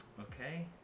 Okay